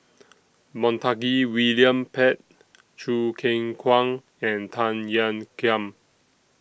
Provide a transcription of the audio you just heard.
Montague William Pett Choo Keng Kwang and Tan Ean Kiam